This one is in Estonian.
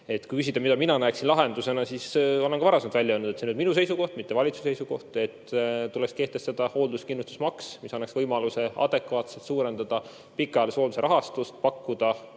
küsida, mida mina näen lahendusena, siis olen ka varem välja öelnud – see on minu seisukoht, mitte valitsuse seisukoht –, et tuleks kehtestada hoolduskindlustusmaks, mis annaks võimaluse adekvaatselt suurendada pikaajalise hoolduse rahastust, pakkuda